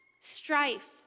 strife